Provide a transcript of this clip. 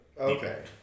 okay